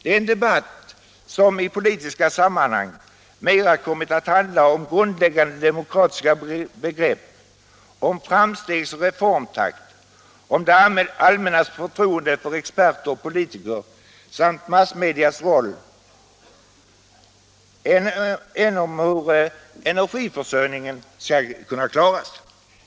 Det är en debatt som i politiska sammanhang mera kommit att handla om grundläggande demokratiska begrepp, om framstegsoch reformtakt, om det allmännas förtroende för experter och politiker samt om massmedias roll än om hur energiförsörjningen skall kunna klaras.